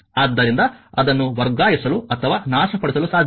ಆದ್ದರಿಂದ ಅದನ್ನು ವರ್ಗಾಯಿಸಲು ಅಥವಾ ನಾಶಪಡಿಸಲು ಸಾಧ್ಯವಿಲ್ಲ